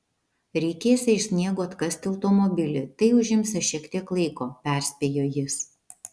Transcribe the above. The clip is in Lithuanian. reikėsią iš sniego atkasti automobilį tai užimsią šiek tiek laiko perspėjo jis